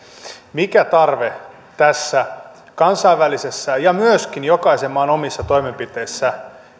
mikä tarve tässä kansainvälisessä ja myöskin jokaisen maan omissa toimenpiteissä